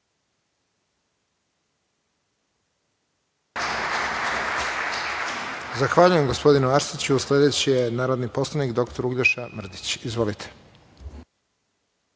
Zahvaljujem, gospodine Arsiću. Sledeći je narodni poslanik dr Uglješa Mrdić. Izvolite.